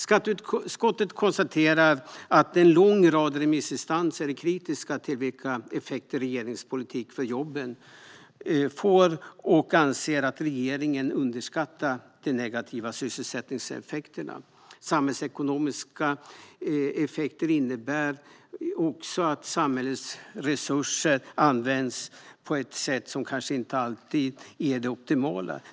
Skatteutskottet konstaterar att en lång rad remissinstanser är kritiska till vilka effekter regeringens politik för jobben får och anser att regeringen underskattar de negativa sysselsättningseffekterna. De samhällsekonomiska effekterna innebär också att samhällets resurser används på ett sätt som kanske inte alltid är det optimala.